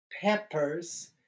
peppers